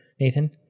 Nathan